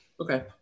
Okay